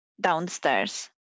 downstairs